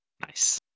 Nice